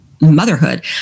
motherhood